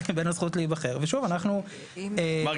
לבין הזכות להיבחר ושוב אנחנו --- ומה דעתך?